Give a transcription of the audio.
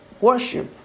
worship